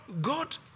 God